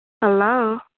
Hello